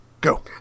Go